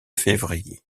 février